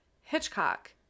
Hitchcock